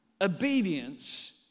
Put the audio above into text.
Obedience